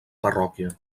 parròquia